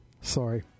sorry